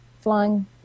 flying